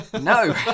No